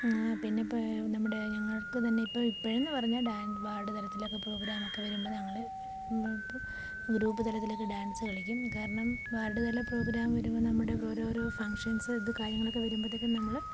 പിന്നെ ഇപ്പോൾ നമ്മുടെ ഞങ്ങൾക്ക് തന്നെ ഇപ്പം ഇപ്പോഴെന്ന് പറഞ്ഞാൽ ഡാൻസ് വാർഡ് തരത്തിലൊക്ക പ്രോഗ്രാമൊക്കെ വരുമ്പോൾ ഞങ്ങൾ ഗ്രൂപ്പ് തലത്തിലൊക്കെ ഡാൻസ് കളിക്കും കാരണം വാർഡ് തല പ്രോഗ്രാം വരുമ്പോൾ നമ്മുടെ ഓരോരോ ഫംഗ്ഷൻസ് ഇത് കാര്യങ്ങളൊക്കെ വരുമ്പോഴത്തേക്കും നമ്മൾ